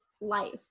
life